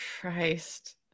Christ